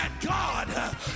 God